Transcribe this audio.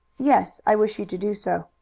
yes, i wish you to do so.